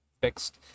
fixed